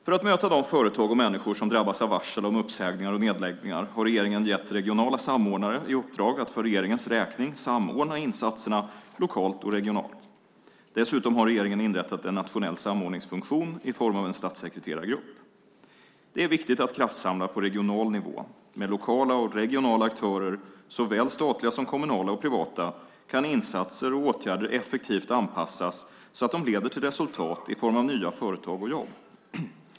För att möta de företag och människor som drabbas av varsel om uppsägningar och nedläggningar har regeringen gett regionala samordnare i uppdrag att för regeringens räkning samordna insatserna lokalt och regionalt. Dessutom har regeringen inrättat en nationell samordningsfunktion i form av en statssekreterargrupp. Det är viktigt att kraftsamla på regional nivå. Med lokala och regionala aktörer, såväl statliga som kommunala och privata, kan insatser och åtgärder effektivt anpassas så att de leder till resultat i form av nya företag och jobb.